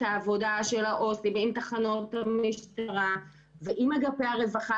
העבודה של העובדים הסוציאליים עם תחנות המשטרה ועם אגפי הרווחה,